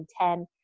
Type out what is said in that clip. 2010